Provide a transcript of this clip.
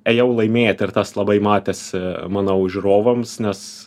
ėjau laimėti ir tas labai matėsi manau žiūrovams nes